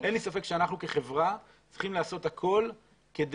אין ספק שאנחנו כחברה צריכים לעשות הכל כדי